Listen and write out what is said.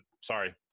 sorry